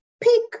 pick